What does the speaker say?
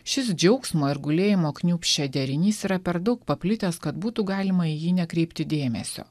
šis džiaugsmo ir gulėjimo kniūpsčia derinys yra per daug paplitęs kad būtų galima į jį nekreipti dėmesio